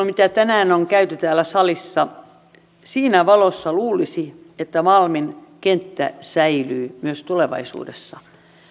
mitä tänään on käyty täällä salissa luulisi että malmin kenttä säilyy myös tulevaisuudessa